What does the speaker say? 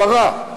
הברה,